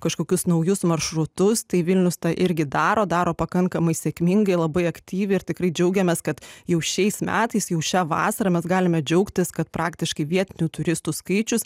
kažkokius naujus maršrutus tai vilnius tą irgi daro daro pakankamai sėkmingai labai aktyviai ir tikrai džiaugiamės kad jau šiais metais jau šią vasarą mes galime džiaugtis kad praktiškai vietinių turistų skaičius